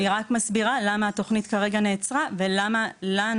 אני רק מסבירה למה התוכנית כרגע נעצרה ולמה לנו